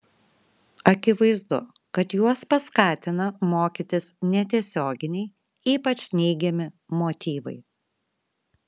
akivaizdu kad juos paskatina mokytis netiesioginiai ypač neigiami motyvai